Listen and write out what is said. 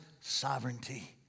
sovereignty